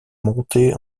montée